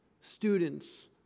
students